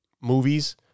movies